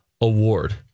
award